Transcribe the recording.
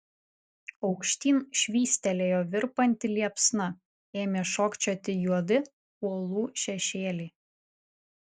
aukštyn švystelėjo virpanti liepsna ėmė šokčioti juodi uolų šešėliai